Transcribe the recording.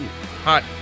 hot